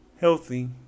healthy